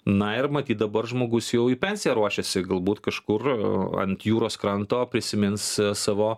na ir matyt dabar žmogus jau į pensiją ruošiasi galbūt kažkur ant jūros kranto prisimins savo